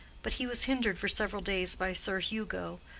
but he was hindered for several days by sir hugo,